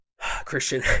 Christian